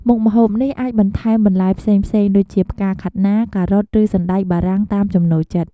មុខម្ហូបនេះអាចបន្ថែមបន្លែផ្សេងៗដូចជា ផ្កាខាត់ណា ការ៉ុត ឬសណ្តែកបារាំង តាមចំណូលចិត្ត។